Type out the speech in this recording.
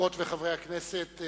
חברות וחברי הכנסת,